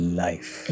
life